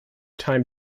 time